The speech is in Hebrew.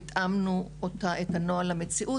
והתאמנו את הנוהל למציאות.